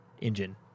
engine